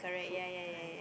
foot kind